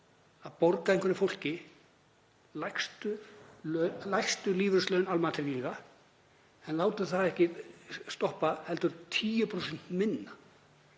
að borga einhverju fólki lægstu lífeyrislaun almannatrygginga en látum það ekki stoppa heldur 10% minna.